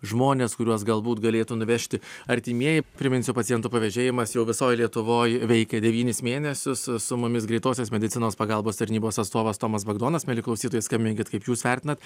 žmones kuriuos galbūt galėtų nuvežti artimieji priminsiu pacientų pavežėjimas jau visoj lietuvoj veikia devynis mėnesius su mumis greitosios medicinos pagalbos tarnybos atstovas tomas bagdonas mieli klausytojai skambinkit kaip jūs vertinat